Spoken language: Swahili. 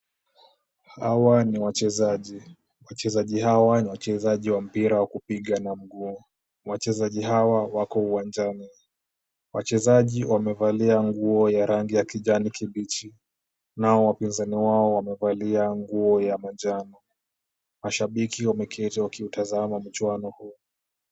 Hawa ni wachezaji. Wachezaji hawa ni wachezaji wa mpira wa kupiga na mguu. Wachezaji hawa wako uwanjani. Wachezaji wamevalia nguo ya rangi ya kijani kibichi nao wapinzani wao wamevalia nguo ya manjano. Mashabiki wameketi wakiutazama mchuano huu.